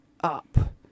up